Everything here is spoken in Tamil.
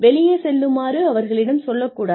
வெளியே செல்லுமாறு அவர்களிடம் சொல்லக் கூடாது